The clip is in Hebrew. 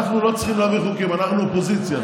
אנחנו לא צריכים להעביר חוקים, אנחנו אופוזיציה.